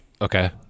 Okay